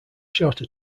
shorter